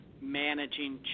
managing